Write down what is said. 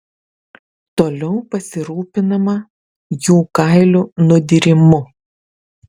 toliau pasirūpinama jų kailio nudyrimu